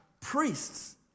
priests